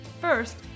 First